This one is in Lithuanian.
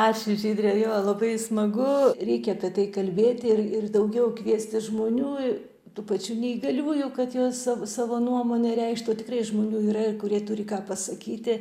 ačiū žydre jo labai smagu reikia apie tai kalbėti ir ir daugiau kviesti žmonių tų pačių neįgaliųjų kad jos sa savo nuomonę reikštų tikrai žmonių yra ir kurie turi ką pasakyti